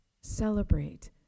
celebrate